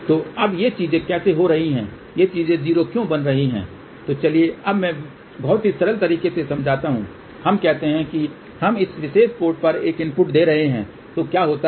तो अब ये चीजें कैसे हो रही हैं ये चीजें 0 क्यों बन रही हैं तो चलिए अब मैं बहुत ही सरल तरीके से समझाता हूं हम कहते हैं कि हम इस विशेष पोर्ट पर एक इनपुट दे रहे हैं तो क्या होता है